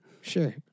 Sure